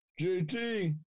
JT